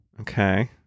Okay